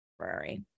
temporary